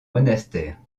monastère